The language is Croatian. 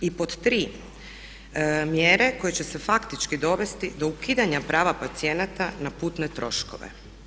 I pod tri mjere koje će se faktički dovesti do ukidanja prava pacijenata na putne troškove.